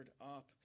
up